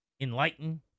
enlighten